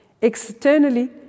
Externally